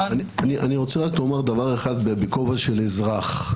אני רוצה לומר משהו בכובע של אזרח.